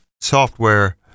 software